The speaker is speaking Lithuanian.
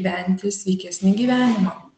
gyventi sveikesnį gyvenimą